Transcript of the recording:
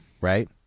Right